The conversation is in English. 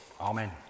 Amen